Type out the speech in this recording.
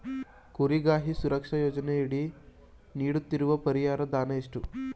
ಕುರಿಗಾಹಿ ಸುರಕ್ಷಾ ಯೋಜನೆಯಡಿ ನೀಡುತ್ತಿರುವ ಪರಿಹಾರ ಧನ ಎಷ್ಟು?